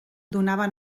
donava